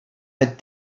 had